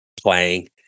playing